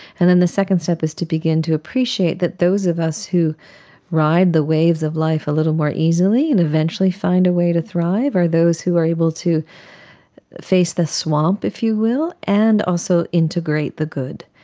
and then the second step is to begin to appreciate that those of us who ride the waves of life a little more easily and eventually find a way to thrive are those who are able to face the swamp, if you will, and also integrate the good.